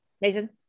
Mason